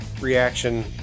reaction